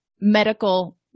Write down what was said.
medical